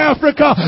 Africa